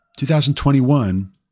2021